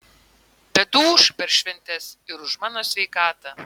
bet tu ūžk per šventes ir už mano sveikatą